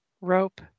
rope